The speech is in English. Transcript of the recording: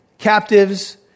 captives